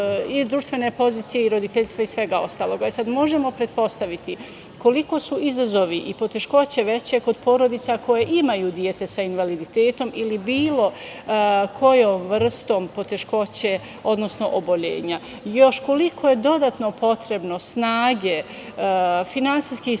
i društvene pozicije i roditeljstva i svega ostalog. Možemo pretpostaviti koliko su izazovi i poteškoće veće kod porodica koje imaju dete sa invaliditetom ili bilo kojom vrstom poteškoće, odnosno oboljenja. Još koliko je dodatno potrebno snage, finansijskih sredstava,